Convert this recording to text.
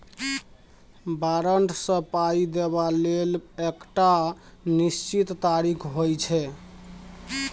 बारंट सँ पाइ देबा लेल एकटा निश्चित तारीख होइ छै